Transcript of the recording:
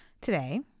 today